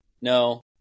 No